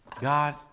God